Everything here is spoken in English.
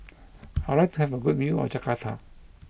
I would like to have a good view of Jakarta